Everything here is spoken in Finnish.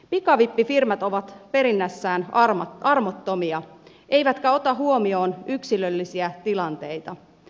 pikavippifirmat ovat perinnässään armottomia eivätkä ota huomioon yksilöllisiä tilanteita